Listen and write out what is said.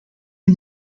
een